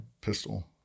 Pistol